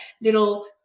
little